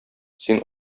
син